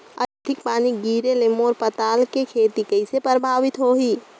अधिक पानी गिरे ले मोर पताल के खेती कइसे प्रभावित होही?